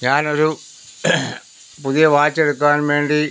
ഞാനൊരു പുതിയ വാച്ച് എടുക്കാൻ വേണ്ടി